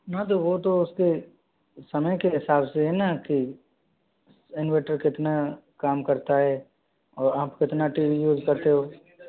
हाँ तो वह तो उसके समय के हिसाब से है न कि इनवर्टर कितना काम करता है और आप कितना टी वी यूज करते हो